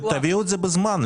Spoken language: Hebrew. תביאו את זה בזמן,